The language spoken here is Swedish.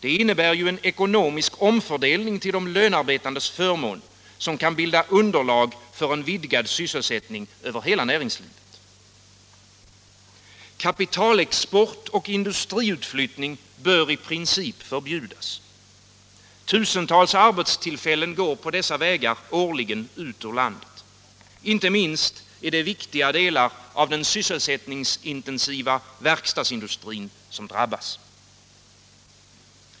Det innebär ju en ekonomisk omfördelning till de lönarbetandes förmån, som kan bilda underlag för en vidgad sysselsättning över hela näringslivet. Kapitalexport och industriutflyttning bör i princip förbjudas. Tusentals arbetstillfällen går på dessa vägar årligen ut ur landet. Inte minst är det viktiga delar av den sysselsättningsintensiva verkstadsindustrin som drabbas.